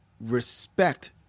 respect